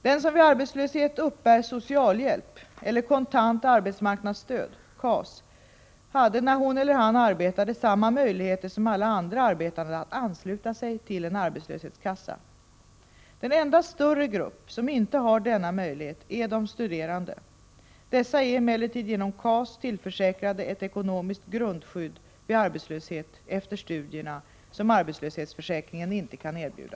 Den som vid arbetslöshet uppbär socialhjälp eller kontant arbetsmarknadsstöd hade, när hon eller han arbetade, samma möjlighet som alla andra arbetande att ansluta sig till en arbetslöshetskassa. Den enda större grupp som inte har denna möjlighet är de studerande. Dessa är emellertid genom KAS tillförsäkrade ett ekonomiskt grundskydd vid arbetslöshet efter studierna som arbetslöshetsförsäkringen inte kan erbjuda.